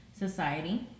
society